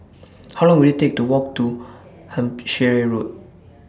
How Long Will IT Take to Walk to Hampshire Road